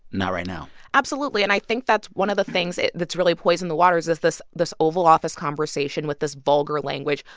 not right now absolutely. and i think that's one of the things that's really poisoned the waters is this this oval office conversation with this vulgar language.